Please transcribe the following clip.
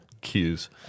cues